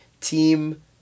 Team